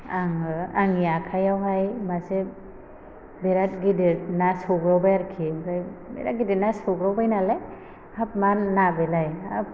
आङो आंनि आखायावहाय मासे बिराथ गिदिर ना सौग्रावबाय आरिखि आमफाय बिराथ गिदिर ना सौग्रावबाय नालाय हाब मा ना बेलाय हाब